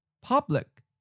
public